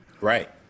Right